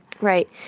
right